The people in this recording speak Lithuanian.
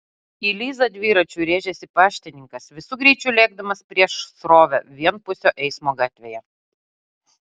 į lizą dviračiu rėžėsi paštininkas visu greičiu lėkdamas prieš srovę vienpusio eismo gatvėje